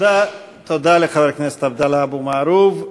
תודה לחבר הכנסת עבדאללה אבו מערוף.